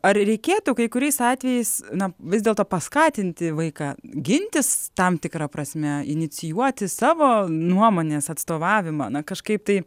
ar reikėtų kai kuriais atvejais na vis dėlto paskatinti vaiką gintis tam tikra prasme inicijuoti savo nuomonės atstovavimą na kažkaip tai